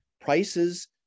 Prices